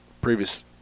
Previous